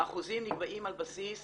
האחוזים נקבעים על בסיס